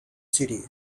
city